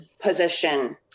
position